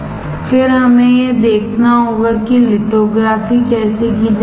फिर हमें यह देखना होगा कि लिथोग्राफी कैसे की जाती है